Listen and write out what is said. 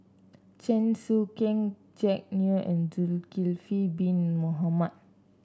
Chen Sucheng Jack Neo and Zulkifli Bin Mohamed